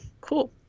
cool